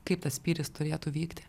kaip tas spyris turėtų vykti